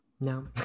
no